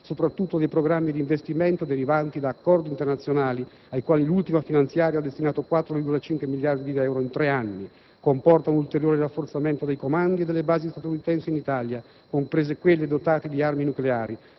soprattutto dei programmi di investimento derivanti da accordi internazionali, ai quali l'ultima finanziaria ha destinato 4,5 miliardi di euro in tre anni. Comporta un ulteriore rafforzamento dei comandi e delle basi statunitensi in Italia, comprese quelle dotate di armi nucleari,